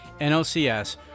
NLCS